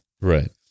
Right